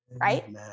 Right